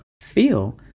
feel